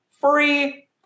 free